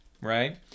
Right